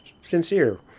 sincere